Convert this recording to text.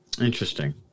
Interesting